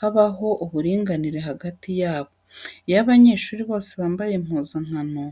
habaho uburinganire hagati yabo. Iyo abanyeshuri bose bambaye impuzankano,